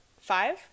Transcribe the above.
five